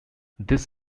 this